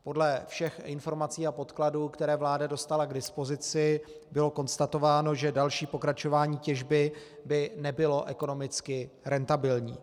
Podle všech informací a podkladů, které vláda dostala k dispozici, bylo konstatováno, že další pokračování těžby by nebylo ekonomicky rentabilní.